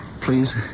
please